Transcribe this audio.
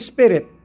Spirit